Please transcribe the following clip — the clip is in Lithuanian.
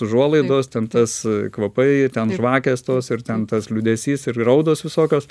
užuolaidos ten tas kvapai ir ten žvakės tos ir ten tas liūdesys ir raudos visokios